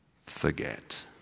forget